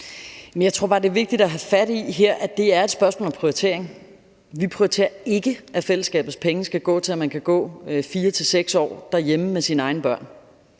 Jeg tror bare, det er vigtigt at have fat i her, at det er en prioritering. Vi prioriterer ikke, at fællesskabets penge skal gå til, at man kan gå 4-6 år derhjemme med sine egne børn.